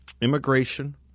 Immigration